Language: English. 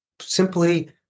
simply